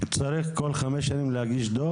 צריך כל חמש שנים להגיד דוח?